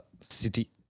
city